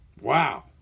Wow